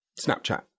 Snapchat